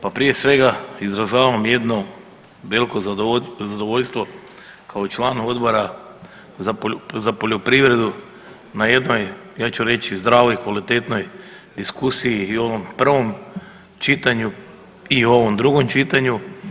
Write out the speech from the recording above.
Pa prije svega izražavam jedno veliko zadovoljstvo kao član Odbora za poljoprivredu na jednoj ja ću reći zdravoj, kvalitetnoj diskusiji i u ovom prvom čitanju i u ovom drugom čitanju.